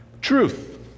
Truth